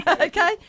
Okay